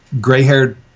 gray-haired